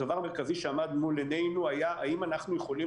הדבר המרכזי שעמד מול עינינו היה האם אנחנו יכולים